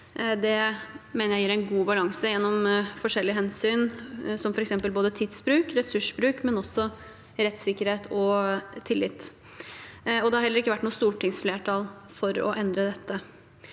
jeg gir en god balanse av forskjellige hensyn, som f.eks. tidsbruk, ressursbruk, rettssikkerhet og tillit. Det har heller ikke vært noe stortingsflertall for å endre dette.